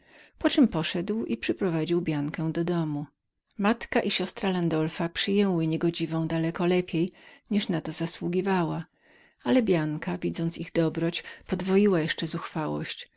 poczem przyprowadził biankę do domu matka i siostra landulfa przyjęły niegodziwą daleko lepiej niż na to zasługiwała ale bianka widząc ich dobroć podwoiła jeszcze